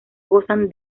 gozan